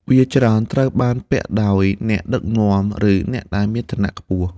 វាច្រើនត្រូវបានពាក់ដោយអ្នកដឹកនាំ ឬអ្នកដែលមានឋានៈខ្ពស់។